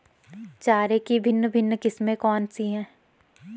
चारे की भिन्न भिन्न किस्में कौन सी हैं?